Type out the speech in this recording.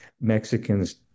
mexicans